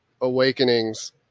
awakenings